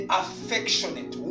affectionate